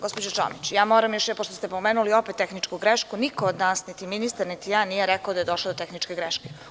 Gospođo Čomić, pošto ste pomenuli opet tehničku grešku, niko od nas, niti ministar, niti ja, nije rekao da je došlo do tehničke greške.